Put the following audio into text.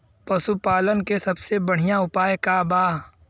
पशु पालन के सबसे बढ़ियां उपाय का बा?